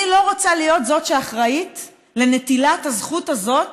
אני לא רוצה להיות זאת שאחראית לנטילת הזכות הזאת